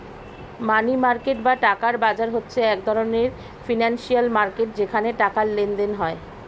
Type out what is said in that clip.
মানি market বা টাকার বাজার হচ্ছে এক ধরণের ফিনান্সিয়াল মার্কেট যেখানে টাকার লেনদেন হয়